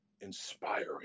inspiring